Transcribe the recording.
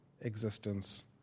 existence